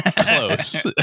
close